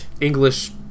English